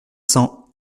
cents